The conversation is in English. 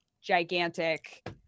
gigantic